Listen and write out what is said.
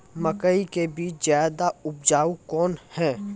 मकई के बीज ज्यादा उपजाऊ कौन है?